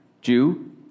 Jew